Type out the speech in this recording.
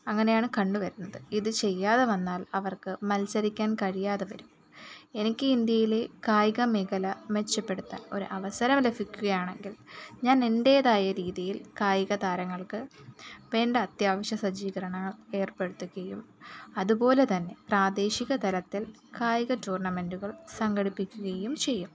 അങ്ങനെയാണ് കണ്ട് വരുന്നത് ഇത് ചെയ്യാതെ വന്നാൽ അവർക്ക് മത്സരിക്കാൻ കഴിയാതെ വരും എനിക്ക് ഇന്ത്യയിലെ കായിക മേഘല മെച്ചപ്പെടുത്താൻ ഒരവസരം ലഭിക്കുകയാണെങ്കിൽ ഞാൻ എൻറേതായ രീതിയിൽ കായികതാരങ്ങൾക്ക് വേണ്ട അത്യാവശ്യ സജ്ജീകരണങ്ങൾ ഏർപ്പെടുത്തുകയും അതുപോലെ തന്നെ പ്രാദേശിക തരത്തിൽ കായിക ടൂർണമെൻറുകൾ സംഘടിപ്പിക്കുകയും ചെയ്യും